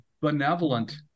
benevolent